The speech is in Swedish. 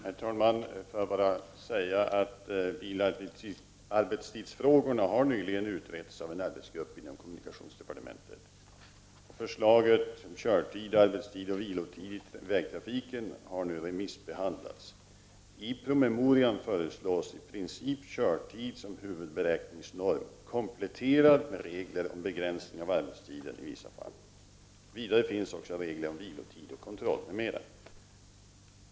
Herr talman! Jag vill bara säga att arbetstidsfrågorna nyligen har utretts av en arbetsgrupp inom kommunikationsdepartementet. Förslaget om körtid, arbetstid och vilotid inom vägtrafiken har nu remissbehandlats. I promemorian föreslås i princip körtid som huvudberäkningsnorm kompletterad med regler om begränsning av arbetstiden i vissa fall. Vidare finns också regler om vilotid och kontroll m.m.